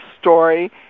story